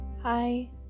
Hi